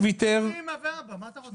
יש לי אימא ואבא, מה אתה רוצה?